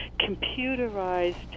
computerized